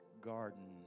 garden